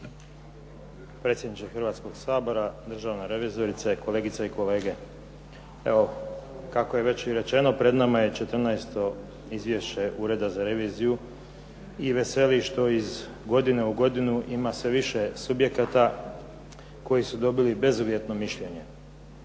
Predsjedniče Hrvatskog sabora, državna revizorice, kolegice i kolege. Evo kako je već i rečeno pred nama je 14. izvješće Ureda za reviziju i veseli što iz godine u godinu ima sve više subjekata koji su dobili bezuvjetno mišljenje.